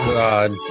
God